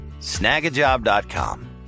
Snagajob.com